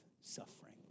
suffering